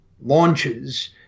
launches